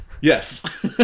Yes